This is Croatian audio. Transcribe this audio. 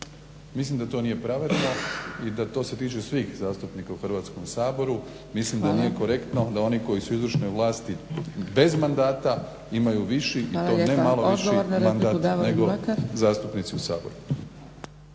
Mislim da to nije pravedno i da to se tiče svih zastupnika u Hrvatskom saboru, mislim da nije korektno da oni koji su u izvršnoj vlasti bez mandata imaju viši, i to ne malo više mandat nego zastupnici u Saboru.